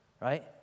Right